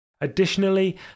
Additionally